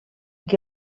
que